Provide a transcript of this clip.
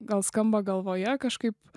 gal skamba galvoje kažkaip